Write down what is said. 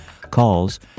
calls